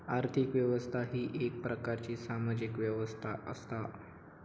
आर्थिक व्यवस्था ही येक प्रकारची सामाजिक व्यवस्था असा